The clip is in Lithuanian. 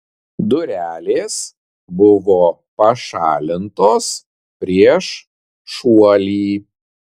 durelės buvo pašalintos prieš šuolį